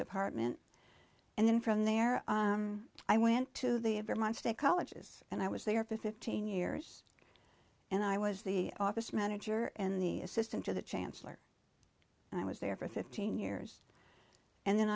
department and then from there i went to the of vermont state colleges and i was there for fifteen years and i was the office manager and the assistant to the chancellor and i was there for fifteen years and then